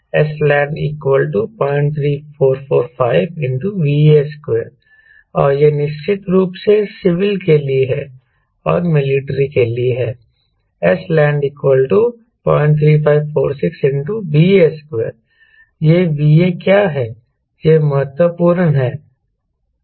sland 03445 ∗ VA2 और यह निश्चित रूप से सिविल के लिए है और मिलिट्री के लिए है sland 03546 ∗ VA2 यह VA क्या है यह महत्वपूर्ण है